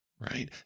right